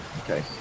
okay